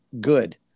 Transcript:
good